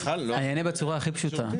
אני אענה בצורה הכי פשוטה.